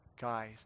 guys